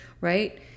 Right